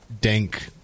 dank